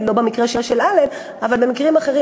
לא במקרה של אלן אבל במקרים אחרים,